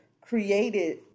created